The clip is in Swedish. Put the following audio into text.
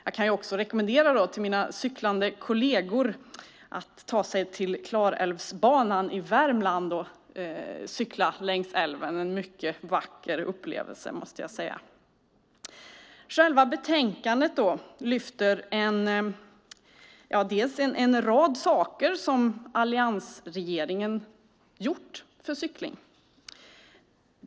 Jag kan också rekommendera mina cyklande kolleger att ta sig till Klarälvsbanan i Värmland och cykla längs älven, en mycket vacker upplevelse, måste jag säga. Själva betänkandet lyfter fram en rad saker som alliansregeringen gjort för cykling.